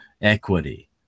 equity